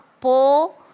po